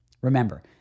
Remember